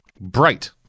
Bright